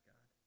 God